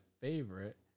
favorite